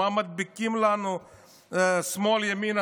מה מדביקים לנו שמאל, ימין?